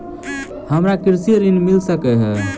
हमरा कृषि ऋण मिल सकै है?